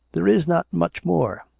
there is not much more.